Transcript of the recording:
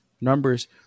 numbers